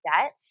debt